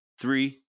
three